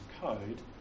code